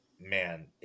Man